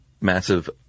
Massive